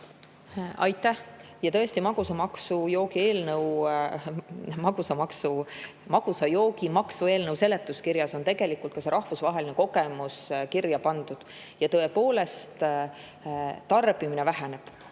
Aitäh! Magusa joogi maksu eelnõu seletuskirjas on tegelikult rahvusvaheline kogemus kirja pandud: tõepoolest tarbimine väheneb,